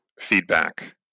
feedback